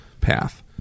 path